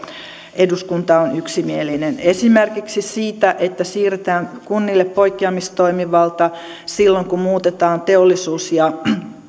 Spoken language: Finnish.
eduskunta on yksimielinen esimerkiksi siitä että siirretään kunnille poikkeamistoimivalta silloin kun muutetaan teollisuus ja